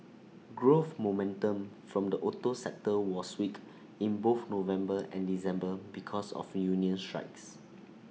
growth momentum from the auto sector was weak in both November and December because of union strikes